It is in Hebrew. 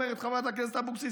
אומרת חברת הכנסת אבקסיס,